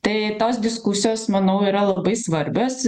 tai tos diskusijos manau yra labai svarbios